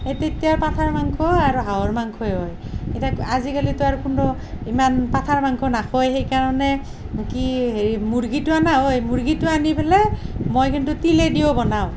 এই তেতিয়া পাঠাৰ মাংস আৰু হাঁহৰ মাংসয়ে হয় ইতা আজিকালিটো আৰু কোনো ইমান পাঠাৰ মাংস নাখৱেই সেইকাৰণে কি হেৰি মূৰ্গীটো আনা হয় মূৰ্গীটো আনি ফেলে মই কিন্তু তিলেদিও বনাওঁ